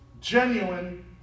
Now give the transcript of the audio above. genuine